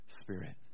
Spirit